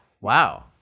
Wow